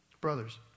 Brothers